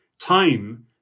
time